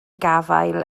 gafael